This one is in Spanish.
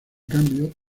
cambio